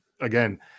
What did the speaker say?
again